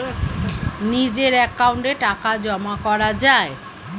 নিজের অ্যাকাউন্টে টাকা জমা করা যায়